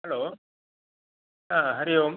hello हा हरिः ओम्